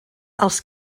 els